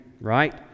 right